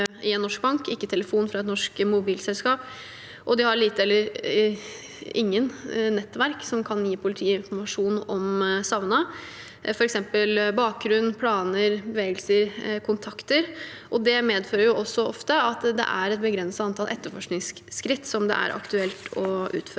eller telefon fra et norsk mobilselskap. De har få eller ingen nettverk som kan gi politiet informasjon om dem, f.eks. bakgrunn, planer, bevegelser eller kontakter, og det medfører ofte at det er et begrenset antall etterforskningsskritt som det er aktuelt å utføre.